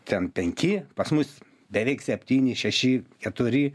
ten penki pas mus beveik septyni šeši keturi